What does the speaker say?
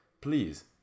please